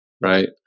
Right